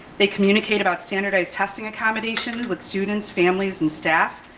they communicate about standardized testing accommodation with students, families and staff.